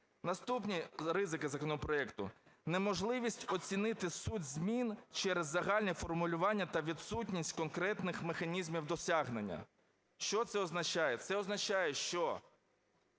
Наступні ризики законопроекту. Неможливість оцінити суть змін через загальні формулювання та відсутність конкретних механізмів досягнення. Що це означає? Це означає, що